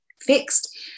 fixed